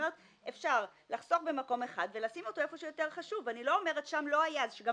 אפשר לחסוך במקום אחד ולשים אותו איפה שיותר חשוב.